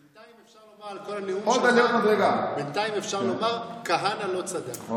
בינתיים אפשר לומר על כל הנאום שלך: כהנא לא צדק.